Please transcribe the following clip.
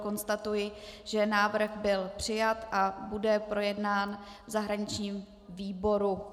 Konstatuji, že návrh byl přijat a bude projednán v zahraničním výboru.